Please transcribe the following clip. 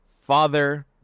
father